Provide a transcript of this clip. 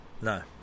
No